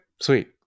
sweet